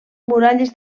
muralles